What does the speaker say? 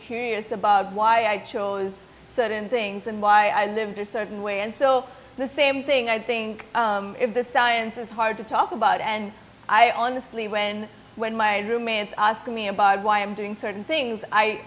curious about why i chose certain things and why i lived a certain way and so the same thing i think if the science is hard to talk about and i honestly when when my roommates ask me about why i'm doing certain things i